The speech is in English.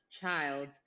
child